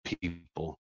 people